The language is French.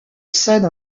scène